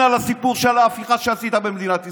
על הסיפור של ההפיכה שעשית במדינת ישראל.